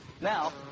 Now